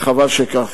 וחבל שכך.